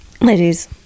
Ladies